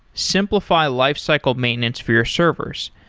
simplify lifecycle maintenance for your servers.